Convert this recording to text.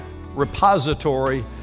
repository